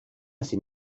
sin